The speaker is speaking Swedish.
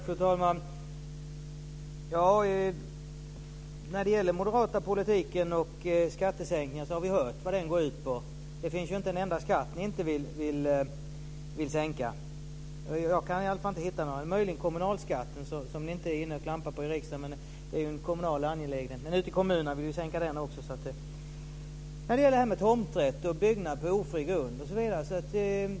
Fru talman! Vi har hört vad den moderata politiken för skattesänkningar går ut på. Det finns inte en enda skatt ni inte vill sänka. Det skulle möjligen vara kommunalskatten. Där är ni inte inne och klampar i riksdagen, men det är ju en kommunal angelägenhet. Ute i kommunerna vill ni sänka den också. Carl-Erik Skårman tar upp tomträtt och byggnad på ofri grund.